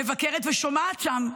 מבקרת ושומעת שם,